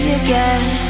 again